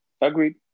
Agreed